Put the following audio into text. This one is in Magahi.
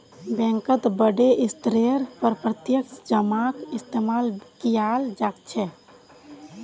बैंकत बडे स्तरेर पर प्रत्यक्ष जमाक इस्तेमाल कियाल जा छे